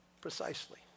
Precisely